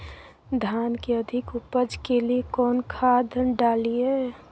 धान के अधिक उपज के लिए कौन खाद डालिय?